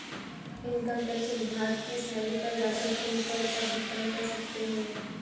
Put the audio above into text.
income tax विभाग की site पर जाकर तुम कर का भुगतान कर सकते हो